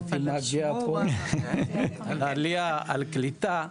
על עלייה, על קליטה,